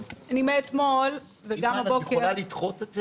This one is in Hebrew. יפעת, את יכולה לדחות את זה?